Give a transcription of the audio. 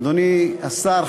אדוני השר,